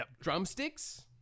drumsticks